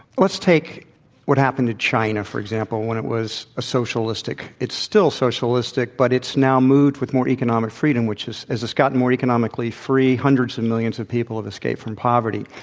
let's take what happened to china for example when it was a socialistic. it's still socialistic, but it's now moved with more economic freedom which is as it's gotten more economically free, hundreds and millions of people have escaped from poverty.